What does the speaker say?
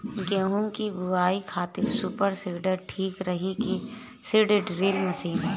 गेहूँ की बोआई खातिर सुपर सीडर ठीक रही की सीड ड्रिल मशीन?